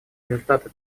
результаты